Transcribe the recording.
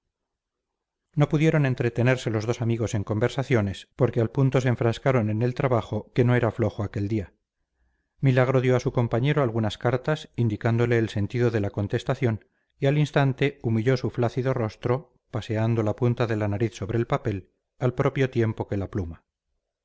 no pudieron entretenerse los dos amigos en conversaciones porque al punto se enfrascaron en el trabajo que no era flojo aquel día milagro dio a su compañero algunas cartas indicándole el sentido de la contestación y al instante humilló su flácido rostro paseando la punta de la nariz sobre el papel al propio tiempo que la pluma